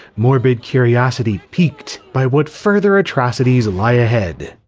morbid curiosity piqued by what further atrocities lie ahead.